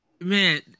Man